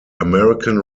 american